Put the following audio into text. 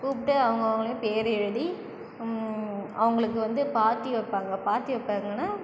கூப்பிட்டு அவங்கவுங்க பேர் எழுதி அவங்களுக்கு வந்து பார்ட்டி வைப்பாங்க பார்ட்டி வைப்பாங்கன்னா